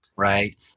right